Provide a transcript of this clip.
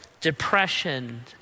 depression